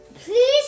Please